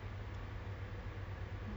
a few other people lah so